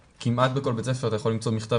כמעט בכל בית ספר אתה יכול למצוא מכתב